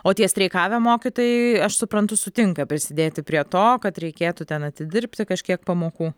o tie streikavę mokytojai aš suprantu sutinka prisidėti prie to kad reikėtų ten atidirbti kažkiek pamokų